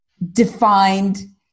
defined